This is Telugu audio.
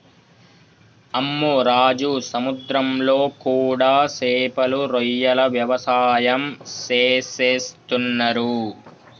అమ్మె రాజు సముద్రంలో కూడా సేపలు రొయ్యల వ్యవసాయం సేసేస్తున్నరు